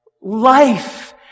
life